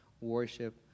worship